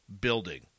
building